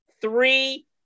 three